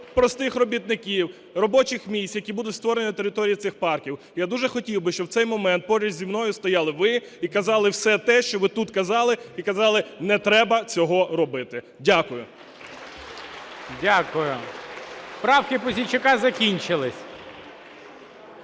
простих робітників, робочих місць, які будуть створені на території цих парків. Я дуже хотів би, щоб у цей момент поруч зі мною стояли ви і казали все те, що ви тут казали, і казали: не треба цього робити. Дякую. ГОЛОВУЮЧИЙ. Дякую. Правки Пузійчука закінчились.